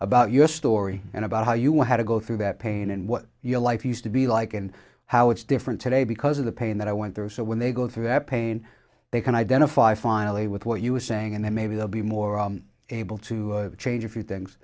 about your story and about how you had to go through that pain and what your life used to be like and how it's different today because of the pain that i went through so when they go through that pain they can identify finally with what you were saying and then maybe they'll be more able to change a few things